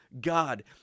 God